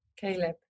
Caleb